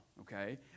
okay